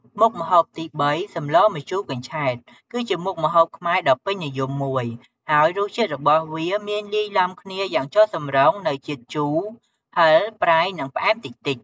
មុខម្ហូបទីបី សម្លម្ជូរកញ្ឆែត គឺជាមុខម្ហូបខ្មែរដ៏ពេញនិយមមួយ ហើយរសជាតិរបស់វាមានលាយឡំគ្នាយ៉ាងចុះសម្រុងនូវជាតិជូរ ហឹរ ប្រៃ និងផ្អែមតិចៗ។